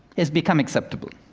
has become acceptable,